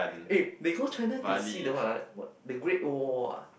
eh they go China to see that what ah the Great Wall ah